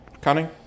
Cunning